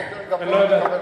אתה מבין, מי, מקבל פחות.